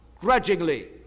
grudgingly